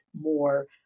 more